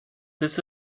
this